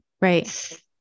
Right